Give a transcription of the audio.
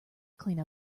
clean